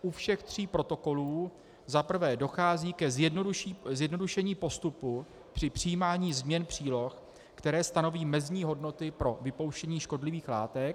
U všech tří protokolů za prvé dochází ke zjednodušení postupu při přijímání změn příloh, které stanoví mezní hodnoty pro vypouštění škodlivých látek.